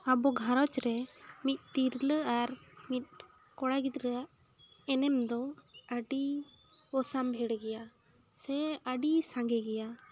ᱟᱵᱚ ᱜᱷᱟᱨᱚᱸᱡᱽ ᱨᱮ ᱢᱤᱫ ᱛᱤᱨᱞᱟᱹ ᱟᱨ ᱢᱤᱫ ᱠᱚᱲᱟ ᱜᱤᱫᱽᱨᱟᱹ ᱟᱜ ᱮᱱᱮᱢ ᱫᱚ ᱟᱹᱰᱤ ᱚᱥᱟᱢᱵᱷᱮᱲ ᱜᱮᱭᱟ ᱥᱮ ᱟᱹᱰᱤ ᱥᱟᱝᱜᱮ ᱜᱮᱭᱟ